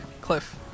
Cliff